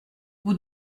vous